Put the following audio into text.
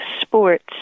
Sports